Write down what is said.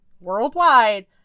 worldwide